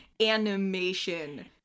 animation